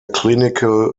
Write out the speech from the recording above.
clinical